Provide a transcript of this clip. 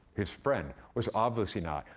his friend, was obviously not.